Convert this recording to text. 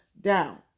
down